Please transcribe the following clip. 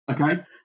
Okay